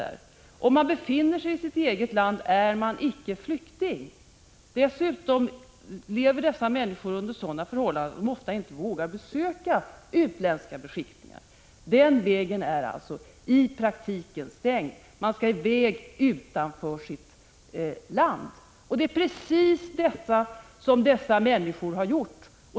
Men om man befinner sig i sitt eget land är man inte flykting. Dessutom lever de människor det gäller ofta under sådana förhållanden att de inte vågar besöka utländska beskickningar. Den vägen är alltså i praktiken stängd. Man måste först ta sig ut ur sitt land. Det är också precis detta som dessa människor har gjort.